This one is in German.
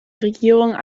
regierung